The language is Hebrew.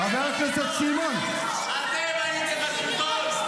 אתם הייתם בשלטון.